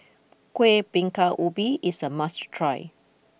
Kueh Bingka Ubi is a must try